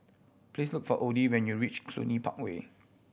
please look for Odie when you reach Cluny Park Way